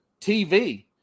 TV